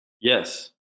yes